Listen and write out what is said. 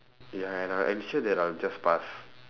ya and I'll ensure that I'll just pass